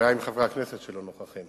הבעיה היא עם חברי הכנסת שלא נוכחים.